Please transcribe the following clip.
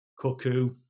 Cuckoo